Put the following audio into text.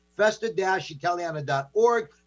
Festa-Italiana.org